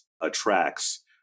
attracts